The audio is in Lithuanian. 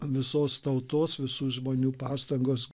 visos tautos visų žmonių pastangos